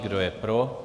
Kdo je pro?